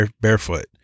barefoot